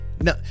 No